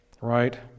Right